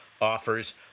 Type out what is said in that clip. offers